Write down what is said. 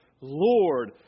Lord